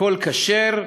הכול כשר.